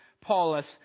Paulus